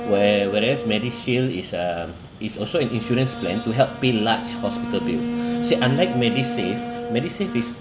where whereas medishield is um is also an insurance plan to help pay large hospital bills see unlike medisave medisave is